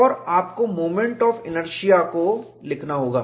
और आपको moment of inertia को लिखना होगा